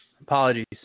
Apologies